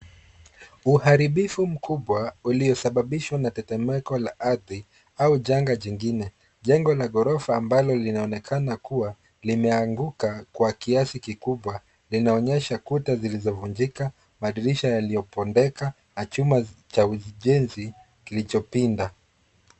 Uharibifu mkubwa uliosababishwa na tetemeko la ardhi ua janga jingine. Jengo la ghorofa ambalo linaonekana kua limeanguka kwa kiasi kikubwa, linaonyesha kuta zilizovunjika, madirisha yaliyobondeka, na chuma cha ujenzi, kilichopinda.